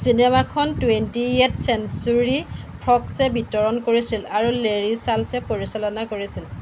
চিনেমাখন Twentieth Century Fox এ বিতৰণ কৰিছিল আৰু লেৰী চাৰ্লছে পৰিচালনা কৰিছিল